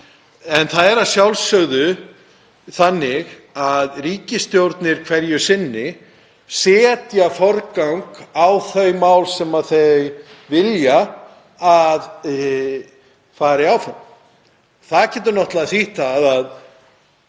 En það er að sjálfsögðu þannig að ríkisstjórnir hverju sinni setja forgang á þau mál sem þær vilja að fari áfram. Það getur náttúrlega þýtt það